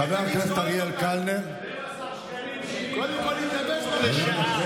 חבר הכנסת אריאל קלנר, לא נמצא.